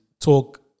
talk